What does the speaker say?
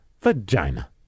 vagina